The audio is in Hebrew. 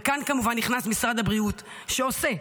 וכאן כמובן נכנס משרד הבריאות, שעושה,